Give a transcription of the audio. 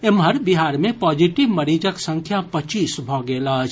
एम्हर बिहार मे पॉजिटिव मरीजक संख्या पच्चीस भऽ गेल अछि